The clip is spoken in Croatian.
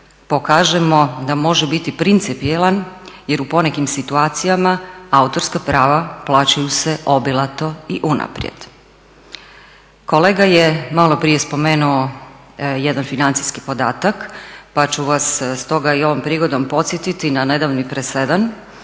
pokažemo da može biti principijelan jer u ponekim situacijama autorska prava plaćaju se obilato i unaprijed. Kolega je malo prije spomenuo jedan financijski podatak pa ću vas stoga i ovom prigodom podsjetiti na nedavni presedan